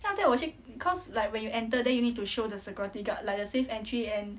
then after 我去 because like when you enter then you need to show the security guard like the safe entry and